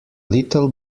little